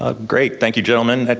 ah great, thank you gentlemen.